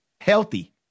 healthy